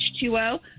H2O